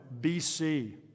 BC